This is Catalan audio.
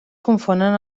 confonen